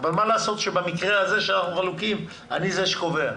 מה לעשות שבמקרה הזה שאנחנו חלוקים, אני זה שקובע.